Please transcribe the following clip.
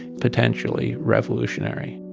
potentially revolutionary